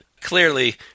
Clearly